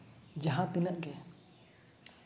ᱡᱟᱦᱟᱸ ᱛᱤᱱᱟᱹᱜ ᱜᱮ